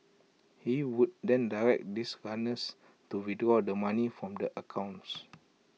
he would then direct this runners to withdraw all the money from the accounts